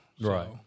Right